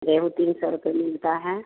रेहू तीन सौ रुपए मिलता है